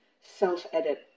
self-edit